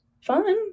Fun